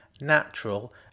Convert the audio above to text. natural